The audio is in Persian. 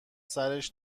سرش